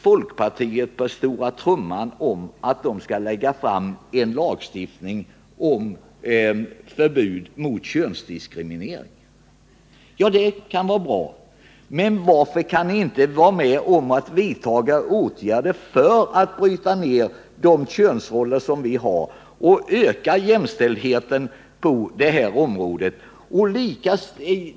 Folkpartiet slår på stora trumman för att de skall lägga fram ett lagförslag om förbud mot könsdiskriminering. Det kan vara bra, men varför kan ni inte vara med om att vidta åtgärder för att bryta ned de könsrollsmönster vi har och öka jämställdheten på det här området?